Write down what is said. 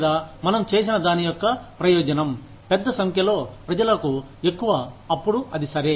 లేదా మనం చేసిన దాని యొక్క ప్రయోజనం పెద్ద సంఖ్యలో ప్రజలకు ఎక్కువ అప్పుడు అది సరే